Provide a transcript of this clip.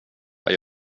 vad